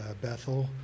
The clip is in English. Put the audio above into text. Bethel